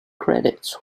credits